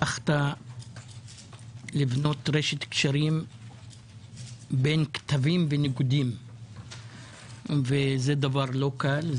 הצלחת לבנות רשת קשרים בין קטבים וניגודים וזה דבר לא קל,